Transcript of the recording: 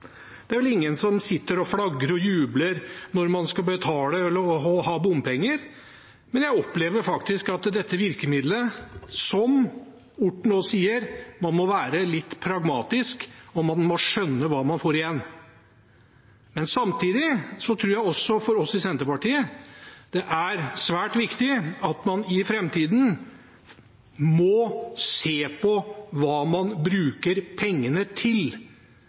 Det er vel ingen som sitter og flagger og jubler når man skal ha og betale bompenger, men jeg opplever faktisk at når det gjelder dette virkemidlet, må man, som Orten nå sier, være litt pragmatisk, og man må skjønne hva man får igjen. Samtidig er det for oss i Senterpartiet svært viktig at man i framtiden må se på hva man bruker pengene til,